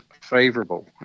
favorable